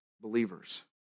believers